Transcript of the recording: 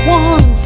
one